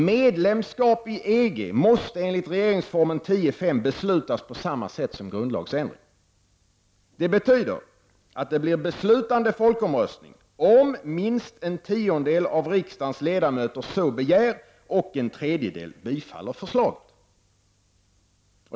Medlemskap i EG måste enligt 10 kap. 5 § regeringsformen beslutas på samma sätt som en grundlagsändring. Det betyder att det blir beslutande folkomröstning om minst en tiondel av riksdagens ledamöter så begär och en tredjedel bifaller förslaget.